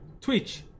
twitch